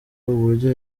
uburyo